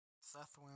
Seth